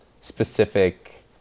specific